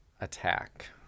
attack